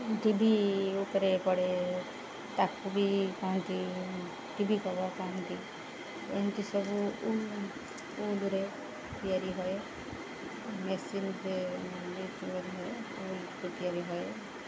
ଟି V ଉପରେ ପଡ଼େ ତାକୁ ବି କହନ୍ତି ଟି ଭି କଭର୍ କୁହନ୍ତି ଏମିତି ସବୁ ଉଲରେ ତିଆରି ହୁଏ ମେସିନରେ ଉଲକୁ ତିଆରି ହୁଏ